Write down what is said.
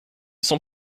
sont